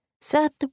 Seth